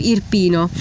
Irpino